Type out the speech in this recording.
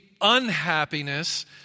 unhappiness